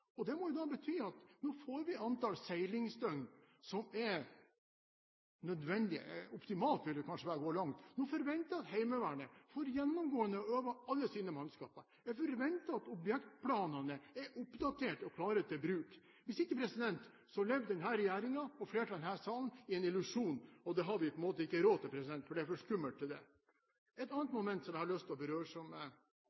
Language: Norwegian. problemer. Det må jo da bety at nå får vi det antall seilingsdøgn som er nødvendig – optimalt vil kanskje være å gå litt langt. Nå forventer Heimevernet at de gjennomgående får øve alle sine mannskaper. Det er forventet at objektplanene er oppdatert og klare til bruk. Hvis ikke lever denne regjeringen og flertallet i denne salen i en illusjon, og det har vi ikke råd til, for det er for skummelt. Et annet